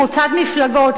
חוצת מפלגות.